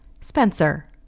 Spencer